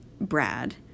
Brad